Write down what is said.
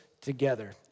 together